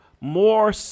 More